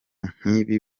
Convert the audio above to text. nk’ibi